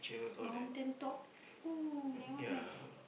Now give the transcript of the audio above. mountain top !woo! that one best